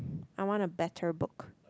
I want a better book